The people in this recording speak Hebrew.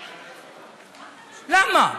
למה?